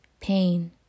pain